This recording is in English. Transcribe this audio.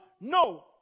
no